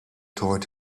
toward